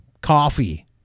coffee